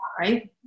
right